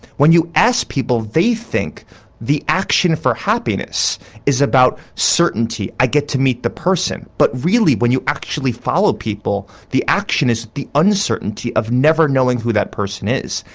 when you ask people they think the action for happiness is about certainty, i get to meet the person, but really when you actually follow people, the action is the uncertainty of never knowing who that person is,